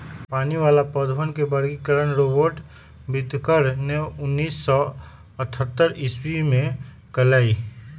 पानी वाला पौधवन के वर्गीकरण रॉबर्ट विटकर ने उन्नीस सौ अथतर ईसवी में कइलय